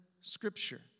Scripture